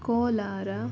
Kolar